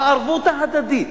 הערבות ההדדית,